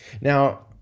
Now